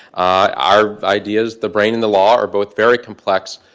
our ideas the brain and the law are both very complex,